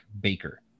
Baker